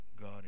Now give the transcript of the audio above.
God